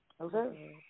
Okay